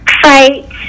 fight